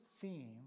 theme